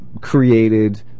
created